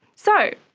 so,